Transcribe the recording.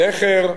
סכר,